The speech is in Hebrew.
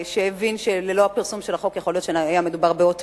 שהבין שללא הפרסום החוק יכול להיות אות מתה.